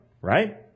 Right